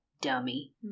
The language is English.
dummy